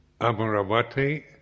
Amaravati